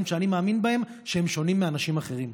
שאני מאמין בהם ושהם שונים מאנשים אחרים.